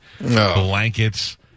Blankets